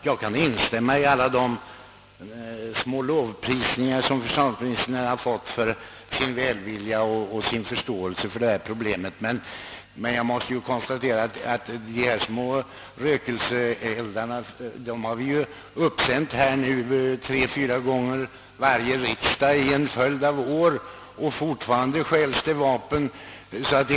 Jag kan instämma i alla de lovord som försvarsminis tern har fått för sin välvilja och förståelse för problemet, men jag måste samtidigt konstatera att dessa små rökoffer har vi tänt för honom tre till fyra gånger varje riksdag under en följd av år, och fortfarande stjäls det vapen från de militära förråden.